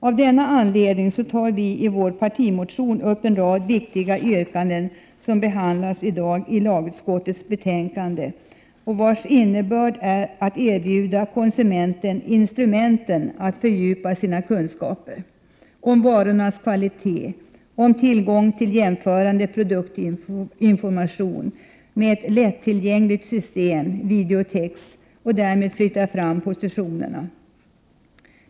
Av denna anledning har vi i vår partimotion en rad viktiga yrkanden som behandlas i detta lagutskottets betänkande och vars innebörd är att erbjuda konsumenten instrumenten att fördjupa sina kunskaper om varornas kvalitet och om tillgång till jämförande produktinformation med ett lättillgängligt system — videotex — och därmed flytta fram positionerna.